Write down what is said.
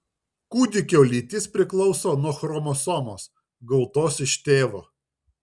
kūdikio lytis priklauso nuo chromosomos gautos iš tėvo